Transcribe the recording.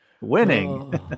Winning